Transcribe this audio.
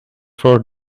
for